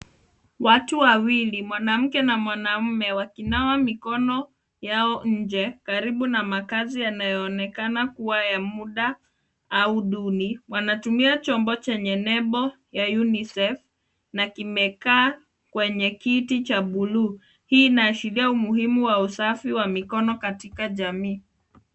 Watu wawili mwanaume na mwanamke wakinawa mikono yao nje karibu na makazi yanayoonekana kua ya muda au duni, wanatumia chombo chenye nembo ya Unisef na kimekaa kwenye kiti cha buluu, hii inaashiria umuhimu wa usafi wa mikono katika jamii.